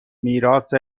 میراث